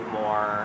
more